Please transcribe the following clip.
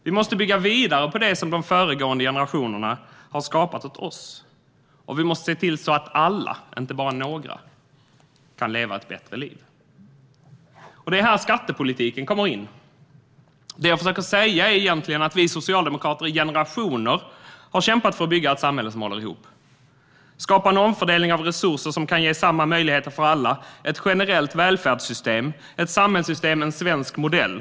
Vi måste bygga vidare på det som de föregående generationerna har skapat åt oss, och vi måste se till så att alla, inte bara några, kan leva ett bättre liv. Det är här skattepolitiken kommer in. Det jag försöker säga är att vi socialdemokrater i generationer har kämpat för att bygga ett samhälle som håller ihop och för att skapa en omfördelning av resurser som kan ge samma möjligheter för alla. Det handlar om ett generellt välfärdssystem och ett samhällssystem med en svensk modell.